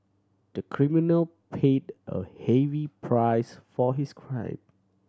the criminal paid a heavy price for his crime